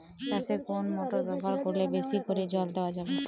চাষে কোন মোটর ব্যবহার করলে বেশী করে জল দেওয়া যাবে?